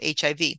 HIV